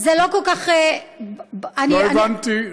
לא הבנתי.